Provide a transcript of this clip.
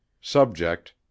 Subject